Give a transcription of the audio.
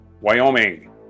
Wyoming